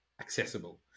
accessible